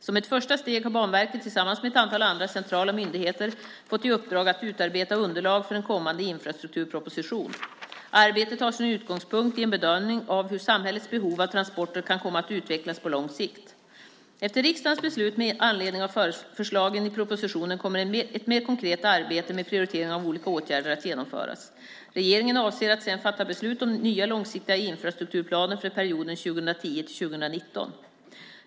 Som ett första steg har Banverket, tillsammans med ett antal andra centrala myndigheter, fått i uppdrag att utarbeta underlag för en kommande infrastrukturproposition. Arbetet tar sin utgångspunkt i en bedömning av hur samhällets behov av transporter kan komma att utvecklas på lång sikt. Efter riksdagens beslut med anledning av förslagen i propositionen kommer ett mer konkret arbete med prioritering av olika åtgärder att genomföras. Regeringen avser att sedan fatta beslut om nya långsiktiga infrastrukturplaner för perioden 2010-2019.